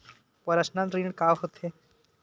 Personal ऋण का होथे?